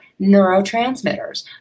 neurotransmitters